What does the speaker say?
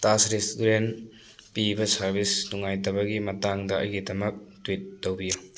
Taj restaurant ꯄꯤꯕ service ꯅꯨꯡꯉꯥꯏꯇꯕꯒꯤ ꯃꯇꯥꯡꯗ ꯑꯩꯒꯤꯗꯃꯛ ꯇ꯭ꯋꯤꯠ ꯇꯧꯕꯤꯌꯨ